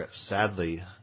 sadly